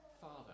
Father